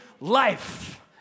life